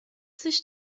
sich